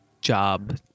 job